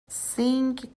sing